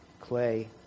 clay